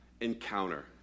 encounter